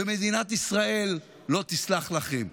ומדינת ישראל לא תסלח לכם.